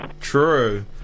True